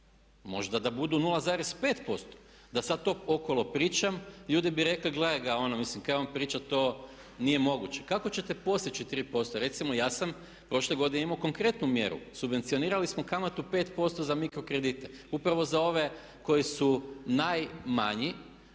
Možda da budu 0,5% da sada to okolo pričam, ljudi bi rekli gledaj ga ono, mislim kaj on priča to, nije moguće. Kako ćete postići 3%? Recimo ja sam prošle godine imao konkretnu mjeru, subvencionirali smo kamatu 5% za mikro kredite, upravo za ove koji su najmanji